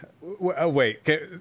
Wait